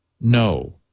no